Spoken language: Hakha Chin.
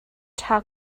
ṭha